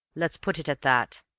let's put it at that.